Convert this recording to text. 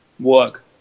work